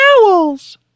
owls